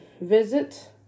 visit